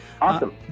Awesome